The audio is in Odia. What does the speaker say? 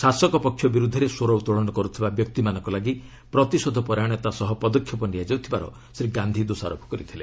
ଶାସକ ପକ୍ଷ ବିର୍ଦ୍ଧରେ ସ୍ୱର ଉତ୍ତୋଳନ କର୍ତ୍ତିବା ବ୍ୟକ୍ତିମାନଙ୍କ ଲାଗି ପ୍ରତିଶୋଧ ପରାୟଣତା ସହ ପଦକ୍ଷେପ ନିଆଯାଉଥିବାର ସେ ଦୋଷାରୋପ କରିଥିଲେ